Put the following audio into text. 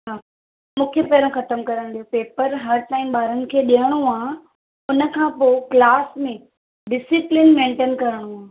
मूंखे पहिरों ख़त्मु करणु ॾियो पेपर हर टाइम ॿारनि खे ॾियणो आहे हुन खां पोइ क्लास में ॾिसीप्लिन मेंटेन करिणो आहे